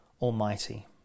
Almighty